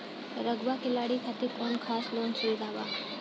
Rugby खिलाड़ी खातिर कौनो खास लोन सुविधा बा का?